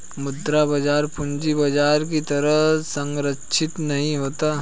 मुद्रा बाजार पूंजी बाजार की तरह सरंचिक नहीं होता